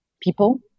people